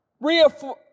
reaffirm